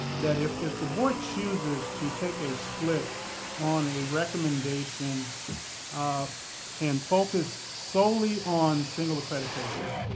that if if the board choses to take a split on a recommendation um and focus solely on single accreditation,